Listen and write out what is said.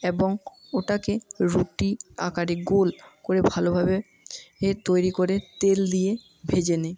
এবং ওটাকে রুটি আকারে গোল করে ভালোভাবে তৈরি করে তেল দিয়ে ভেজে নিই